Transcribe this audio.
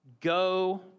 go